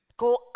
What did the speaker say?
Go